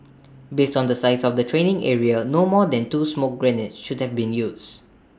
based on the size of the training area no more than two smoke grenades should have been used